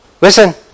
Listen